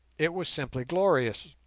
it was simply glorious.